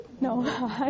no